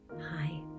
Hi